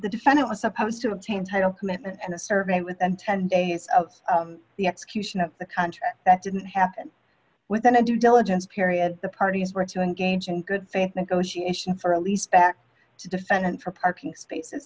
the defendant was supposed to obtain total commitment and a survey within ten days of the execution of the country that didn't happen within a due diligence period the parties were to engage in good faith negotiations or at least back to defendant for parking spaces